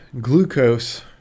glucose